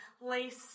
lace